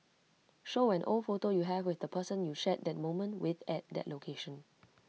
show an old photo you have with the person you shared that moment with at that location